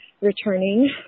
returning